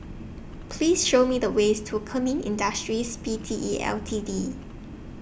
Please Show Me The ways to Kemin Industries P T E L T D